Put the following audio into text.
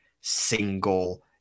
single